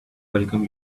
welcome